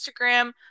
Instagram